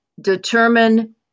determine